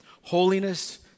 holiness